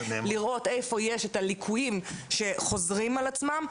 לראות איפה יש ליקויים שחוזרים על עצמם,